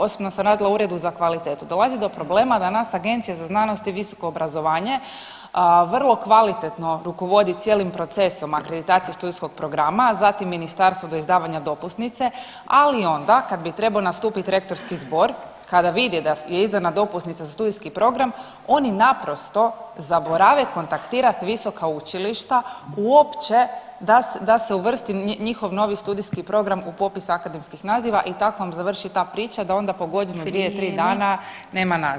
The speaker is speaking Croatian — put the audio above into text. Osobno sam radila u uredu za kvalitetu, dolazi do problema, da nas Agencija za znanost i visoko obrazovanje vrlo kvalitetno rukovodi cijelim procesom akreditacije studijskog programa, zatim ministarstvo do izdavanja dopusnice, ali onda kad bi trebao nastupiti rektorski zbor kada vidi da je izdana dopusnica za studijski program oni naprosto zaborave kontaktirati visoka učilišta uopće da se uvrsti njihov novi studijski program u popis akademskih naziva i tako vam završi ta priča da onda po godinu, dvije, tri dana [[Upadica: Vrijeme.]] nema naziva.